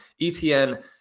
etn